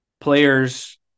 players